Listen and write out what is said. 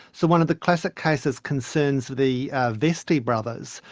so one of the classic cases concerns the vestey brothers,